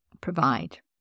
provide